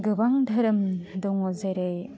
गोबां धोरोम दङ जेरै